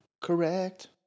Correct